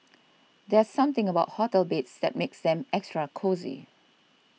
there's something about hotel beds that makes them extra cosy